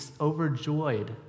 overjoyed